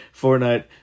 fortnite